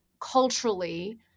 culturally